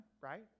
right